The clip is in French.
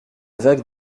vague